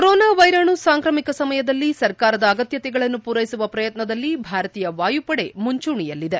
corona ವೈರಾಣು ಸಾಂಕ್ರಾಮಿಕ ಸಮಯದಲ್ಲಿ ಸರ್ಕಾರದ ಅಗತ್ಯತೆಗಳನ್ನು ಪೂರೈಸುವ ಪ್ರಯತ್ನದಲ್ಲಿ ಭಾರತೀಯ ವಾಯುಪಡೆ ಮುಂಚೂಣಿಯಲ್ಲಿದೆ